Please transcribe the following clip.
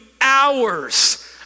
hours